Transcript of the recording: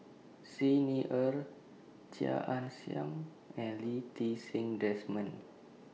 Xi Ni Er Chia Ann Siang and Lee Ti Seng Desmond